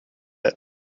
get